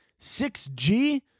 6G